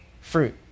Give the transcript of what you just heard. fruit